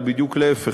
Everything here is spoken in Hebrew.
אלא בדיוק להפך,